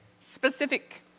specific